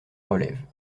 relève